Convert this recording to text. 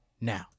now